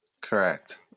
Correct